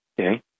Okay